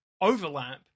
overlap